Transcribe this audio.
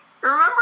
remember